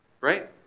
right